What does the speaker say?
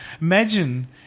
Imagine